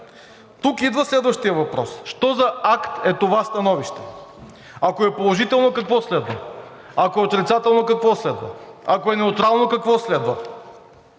Тук идва следващият въпрос: що за акт е това становище? Ако е положително, какво следва? Ако е отрицателно, какво следва? Ако е неутрално, какво следва?